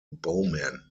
bowman